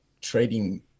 trading